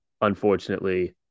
unfortunately